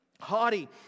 Haughty